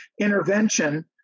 intervention